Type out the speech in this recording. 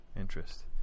interest